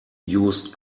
used